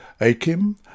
Achim